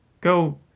go